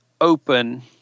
open